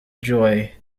joy